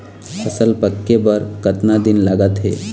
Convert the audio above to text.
फसल पक्के बर कतना दिन लागत हे?